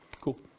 Cool